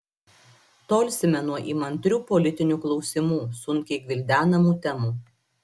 tolsime nuo įmantrių politinių klausimų sunkiai gvildenamų temų